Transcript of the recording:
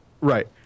Right